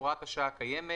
הוראת השעה קיימת